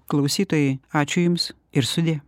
klausytojai ačiū jums ir sudie